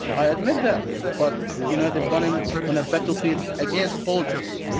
i admit that, but you know they've done them on a battlefield against soldiers.